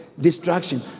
Distraction